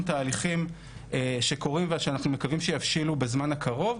תהליכים שקורים ושאנחנו מקווים שיבשילו בזמן הקרוב.